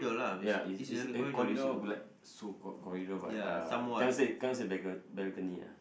ya it's it's a corridor be like so called corridor but uh cannot say cannot say balcon~ balcony ah